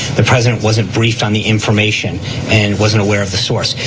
the president wasn't briefed on the information and wasn't aware of the source,